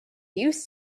used